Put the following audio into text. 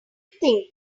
think